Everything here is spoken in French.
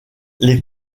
les